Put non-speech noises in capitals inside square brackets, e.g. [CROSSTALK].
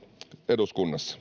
eduskunnassa [UNINTELLIGIBLE]